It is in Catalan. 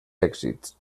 èxits